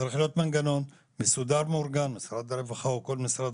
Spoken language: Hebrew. צריך להיות מנגנון מסודר של משרד הרווחה או כל משרד